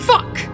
Fuck